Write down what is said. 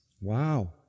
Wow